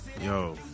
Yo